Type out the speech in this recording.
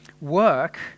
work